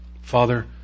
Father